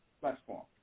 platform